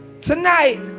Tonight